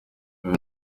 ibi